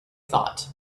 thought